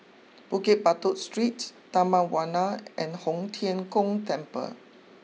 Bukit Batok Street Taman Warna and Tong Tien Kung Temple